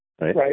Right